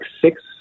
six